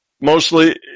Mostly